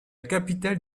capitale